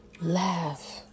Laugh